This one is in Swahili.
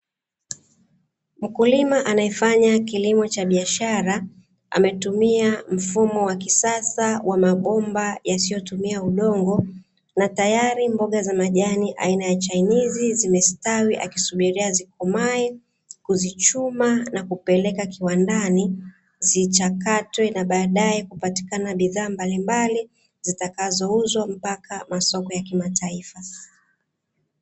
Mkulima anayefanya kilimo cha biashara, ametumia mfumo wa kisasa wa mabomba yasiyotumia udongo na tayari mboga za majani aina ya chainizi zimestawi, akisubiria zikomae kuzichuma na kupeleka kiwandani zichakatwe na baadaye kupatikana bidhaa mbalimbali zitakazouzwa mpaka masoko ya kimataifa.